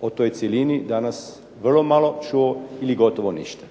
o toj cjelini danas vrlo malo čuo ili gotovo ništa,